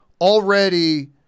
already